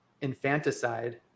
infanticide